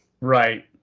Right